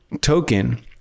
token